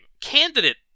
candidate